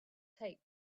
taped